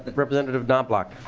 but representative knoblach.